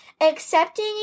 accepting